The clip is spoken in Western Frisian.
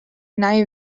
nije